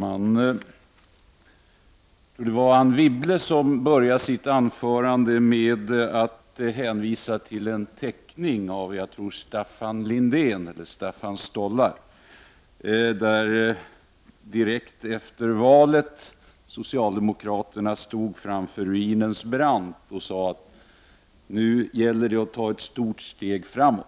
Herr talman! Anne Wibble började sitt anförande med att hänvisa till en teckning av Staffan Lindén, Staffans Stollar. Direkt efter valet stod socialdemokraterna inför ruinens brant och sade: Nu gäller det att ta ett stort steg framåt.